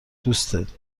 دوستت